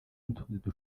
n’utundi